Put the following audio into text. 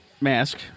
Mask